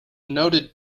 noted